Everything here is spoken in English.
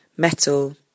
metal